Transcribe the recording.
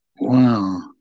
wow